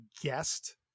guest